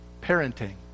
parenting